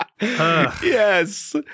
Yes